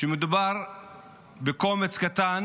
שמדובר בקומץ קטן